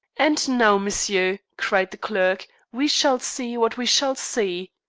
and now, monsieur, cried the clerk, we shall see what we shall see.